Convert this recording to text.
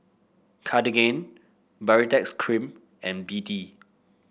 Cartigain Baritex Cream and B D